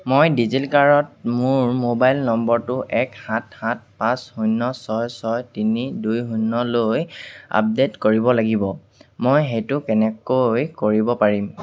মই ডিজিলকাৰত মোৰ মোবাইল নম্বৰটো এক সাত সাত পাঁচ শূন্য ছয় ছয় তিনি দুই শূন্যলৈ আপডেট কৰিব লাগিব মই সেইটো কেনেকৈ কৰিব পাৰিম